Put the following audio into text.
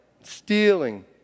stealing